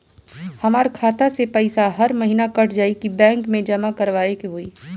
हमार खाता से पैसा हर महीना कट जायी की बैंक मे जमा करवाए के होई?